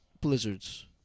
blizzards